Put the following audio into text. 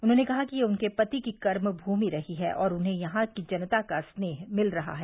उन्होंने कहा कि यह उनके पति की कर्मभूमि रही है और उन्हें यहां की जनता का स्नेह मिल रहा है